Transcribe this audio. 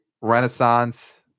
Renaissance